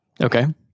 Okay